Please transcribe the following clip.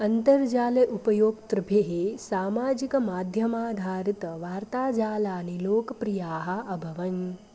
अन्तर्जाले उपयोक्तृभिः सामाजिकमाध्यमाधारितवार्ताजालानि लोकप्रियाः अभवन्